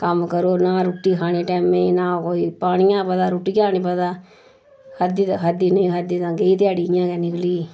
कम्म करो नां रुट्टी खानी टैमे नां कोई पानियै दा पता रुट्टियै दा नेईं पता खाद्धी तां खाद्धी नेईं खाद्धी तां गेई ध्याड़ी इ'यां गै निकली गेई